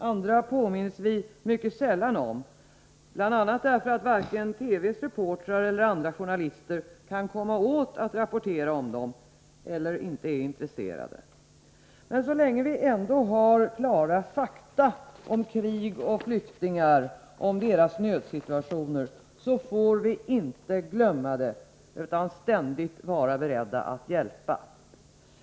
Andra påminns vi mycket sällan om, bl.a. därför att varken TV:s reportrar eller andra journalister kan komma åt att rapportera om dem —- eller inte är intresserade. Så länge vi har klara fakta om krig och om flyktingar och deras nödsituationer får vi dock inte glömma utan måste ständigt vara beredda att hjälpa.